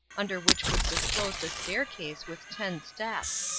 under which was disclosed a staircase with ten steps.